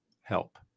help